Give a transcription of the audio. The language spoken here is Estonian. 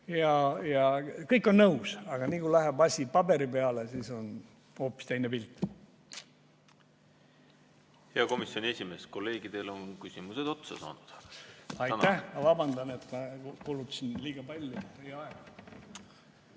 kõik on nõus, aga nagu läheb asi paberi peale, siis on hoopis teine pilt. Hea komisjoni esimees! Kolleegidel on küsimused otsa saanud. Ma vabandan! Kulutasin liiga palju